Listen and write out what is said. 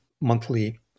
monthly